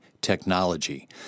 technology